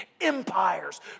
empires